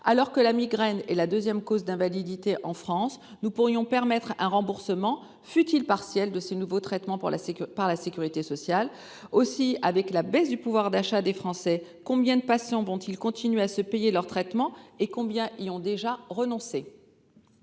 Alors que la migraine est la deuxième cause d'invalidité en France, nous pourrions permettre un remboursement, fût-il partiel, de ces nouveaux traitements par la sécurité sociale. Par ailleurs, avec la baisse du pouvoir d'achat des Français, combien de patients pourront continuer à se payer leur traitement et combien y ont déjà renoncé ?